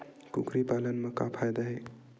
कुकरी पालन म का फ़ायदा हे?